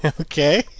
Okay